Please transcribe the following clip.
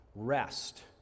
Rest